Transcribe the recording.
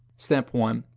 step one.